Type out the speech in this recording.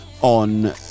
on